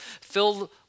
filled